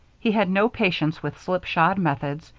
he had no patience with slipshod methods.